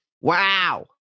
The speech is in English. Wow